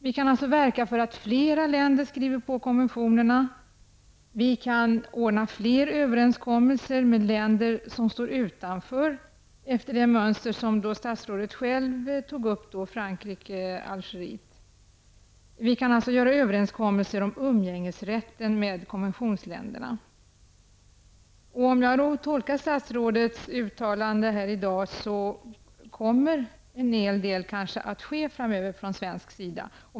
Vi kan verka för att flera länder skriver på konventionerna. Vi kan träffa överenskommelser med fler länder som nu står utanför efter det mönster som statsrådet själv berörde, dvs. Frankrike--Algeriet. Vi kan också träffa överenskommelser med konventionsländerna om umgängesrätten. Jag tolkar statsrådets svar i dag så, att det kommer att göras en hel del från svensk sida framöver.